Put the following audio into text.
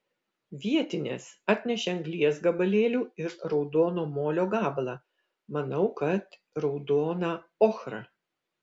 vietinės atnešė anglies gabalėlių ir raudono molio gabalą manau kad raudoną ochrą